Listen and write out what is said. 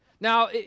Now